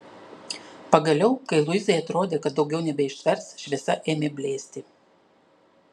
pagaliau kai luizai atrodė kad daugiau nebeištvers šviesa ėmė blėsti